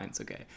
okay